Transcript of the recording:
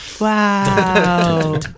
Wow